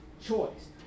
choice